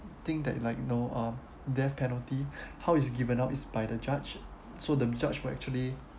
think that like you know um death penalty how is given out by the judge so the judge will actually